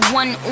one